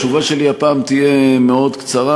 התשובה שלי הפעם תהיה מאוד קצרה,